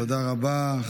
תודה רבה.